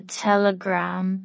telegram